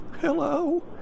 Hello